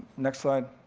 next slide.